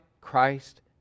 Christ